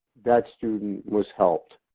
that student was helped.